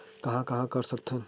कहां कहां कर सकथन?